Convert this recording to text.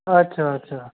अच्छा अच्छा